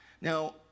Now